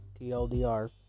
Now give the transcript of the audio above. tldr